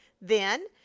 Then